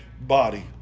body